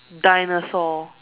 dinosaur